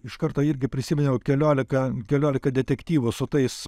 iš karto irgi prisiminiau keliolika keliolika detektyvų su tais